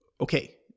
Okay